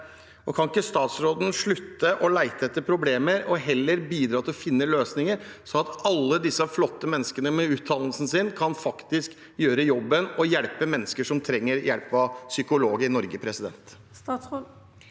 Kan ikke statsråden slutte å lete etter problemer og heller bidra til å finne løsninger, slik at alle disse flotte menneskene med utdannelse faktisk kan gjøre jobben og hjelpe mennesker som trenger hjelp av psykolog i Norge?